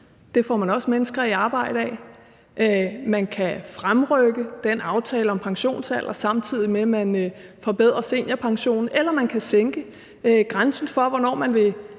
det får man også mennesker i arbejde af. Man kan fremrykke den aftale om pensionsalder, samtidig med at man forbedrer seniorpensionen, eller man kan sænke grænsen for, hvornår man vil